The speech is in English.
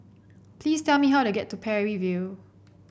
please tell me how to get to Parry View